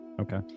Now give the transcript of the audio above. okay